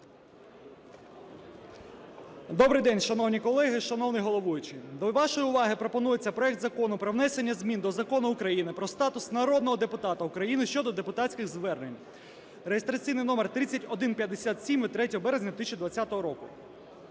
Добрий день, шановні колеги, шановний головуючий! До вашої уваги пропонується проект Закону про внесення змін до Закону України "Про статус народного депутата України" (щодо депутатських звернень) (реєстраційний номер 3157) (від 3 березня 2020 року).